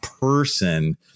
person